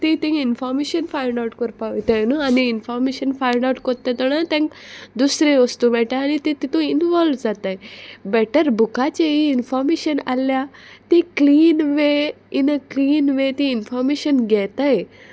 ती तींग information find out कोरपा वयताय न्हू आनी इनफोर्मेशन फायंड आवट कोत्ता तोणा तेंकां दुसरी वस्तू मेळटाय आनी ती तितू इनवॉल्व जाताय बेटर बुकाचेय इनफोर्मेशन आहल्या ती clean way in a clean way ती इन्फॉर्मेशन घेताय